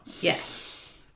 Yes